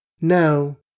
No